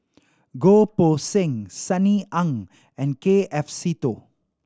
Goh Poh Seng Sunny Ang and K F Seetoh